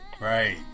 Right